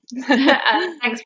Thanks